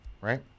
right